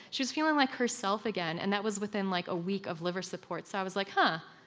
she's feeling like herself again, and that was within like a week of liver support, so i was like, huh,